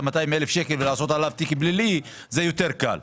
ה-200,000 שקל ולעשות עליו תיק פלילי זה יותר קל.